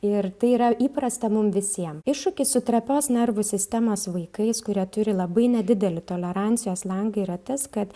ir tai yra įprasta mum visiem iššūkis su trapios nervų sistemos vaikais kurie turi labai nedidelį tolerancijos langai yra tas kad